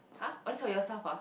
!huh! oh so yourself ah